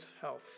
health